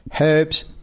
herbs